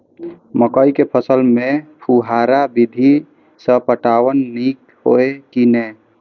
मकई के फसल में फुहारा विधि स पटवन नीक हेतै की नै?